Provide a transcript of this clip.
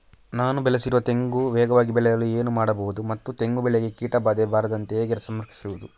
ನಾನು ಬೆಳೆಸಿರುವ ತೆಂಗು ವೇಗವಾಗಿ ಬೆಳೆಯಲು ಏನು ಮಾಡಬಹುದು ಮತ್ತು ತೆಂಗು ಬೆಳೆಗೆ ಕೀಟಬಾಧೆ ಬಾರದಂತೆ ಹೇಗೆ ಸಂರಕ್ಷಿಸುವುದು?